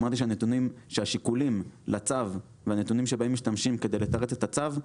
אמרתי שהשיקולים לצו והנתונים שבהם משתמשים כדי לתרץ את הצו,